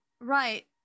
right